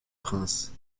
prince